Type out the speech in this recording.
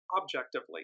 objectively